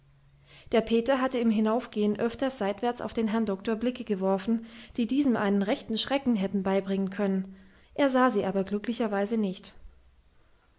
der peter hatte im hinaufgehen öfters seitwärts auf den herrn doktor blicke geworfen die diesem einen rechten schrecken hätten beibringen können er sah sie aber glücklicherweise nicht